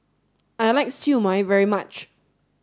I like Siew Mai very much